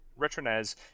Retronas